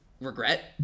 regret